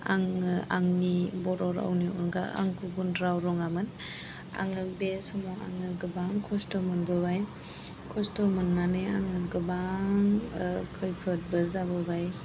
आङो आंनि बर' रावनि अनगा आं गुबुन राव रोङामोन आङो बे समाव आङो गोबां खस्थ' मोनबोबाय खस्थ' मोननानै आङो गोबां खैफोदबो जाबोबाय